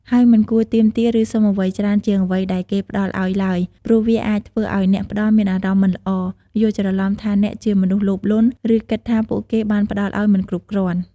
ហើយ មិនគួរទាមទារ ឬសុំអ្វីច្រើនជាងអ្វីដែលគេផ្តល់ឲ្យឡើយ ព្រោះវាអាចធ្វើឲ្យអ្នកផ្តល់មានអារម្មណ៍មិនល្អ យល់ច្រឡំថាអ្នកជាមនុស្សលោភលន់ ឬគិតថាពួកគេបានផ្តល់ឲ្យមិនគ្រប់គ្រាន់។